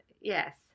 Yes